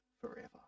forever